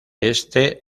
este